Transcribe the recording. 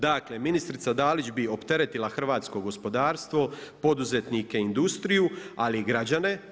Dakle, ministrica Dalić bi opteretila hrvatsko gospodarstvo, poduzetnike i industriju, ali i građane.